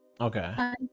Okay